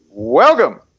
Welcome